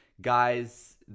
Guys